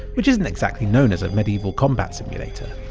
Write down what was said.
which isn't exactly known as a medieval combat simulator.